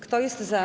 Kto jest za?